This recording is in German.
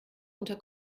unter